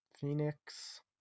Phoenix